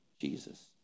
Jesus